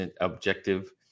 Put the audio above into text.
objective